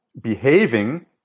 behaving